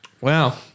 wow